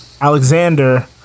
Alexander